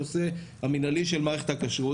אתה יודע להגיע מה המשכורת הממוצעת של שוחט בארץ?